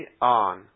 on